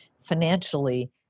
financially